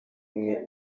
imwe